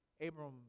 Abram